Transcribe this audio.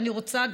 ואני רוצה,